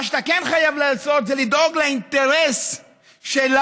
מה שאתה כן חייב לעשות זה לדאוג לאינטרס שלנו,